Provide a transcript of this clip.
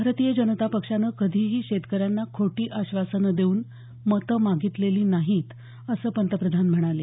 भारतीय जनता पक्षानं कधीही शेतकऱ्यांना खोटी आश्वासनं देऊन मतं मागितलेली नाहीत असं पंतप्रधान म्हणाले